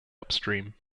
upstream